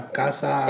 casa